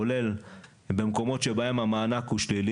כולל במקומות שבהם המענק הוא שלילי,